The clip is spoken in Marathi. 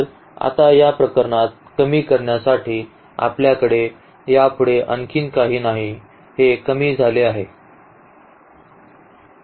तर आता या प्रकरणात कमी करण्यासाठी आपल्याकडे यापुढे आणखी काही नाही हे कमी झाले आहे